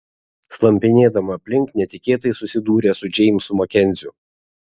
slampinėdama aplink netikėtai susidūrė su džeimsu makenziu